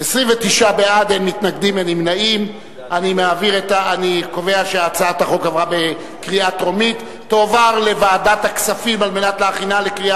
ההצעה להעביר את הצעת חוק התוכנית הכלכלית להבראת כלכלת ישראל